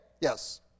Yes